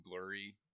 blurry